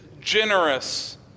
generous